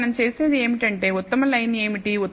ఇప్పుడు మనం చేసేది ఏమిటంటే ఉత్తమ లైన్ ఏమిటి